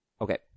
Okay